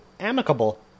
amicable